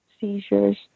seizures